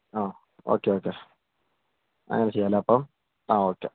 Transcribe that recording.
ആ okay okay അങ്ങനെ ചെയ്യാമല്ലേ അപ്പോള് ആ ഓക്കെ